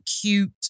cute